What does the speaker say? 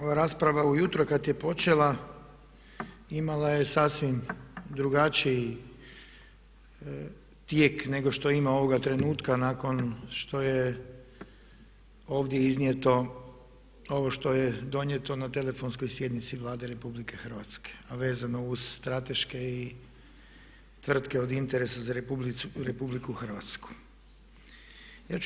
Ova rasprava ujutro kad je počela imala je sasvim drugačiji tijek nego što ima ovoga trenutka nakon što je ovdje iznijeto ovo što je donijeto na telefonskoj sjednici Vlade RH, a vezano uz strateške i tvrtke od interesa za Republiku Hrvatsku.